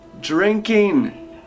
Drinking